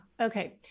Okay